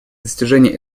достижения